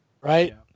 right